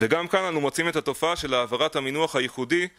וגם כאן אנחנו מוצאים את התופעה של העברת המינוח הייחודי